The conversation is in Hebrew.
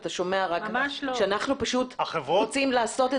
אתה שומע רק שאנחנו פשוט רוצים לעשות את